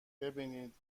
ببینید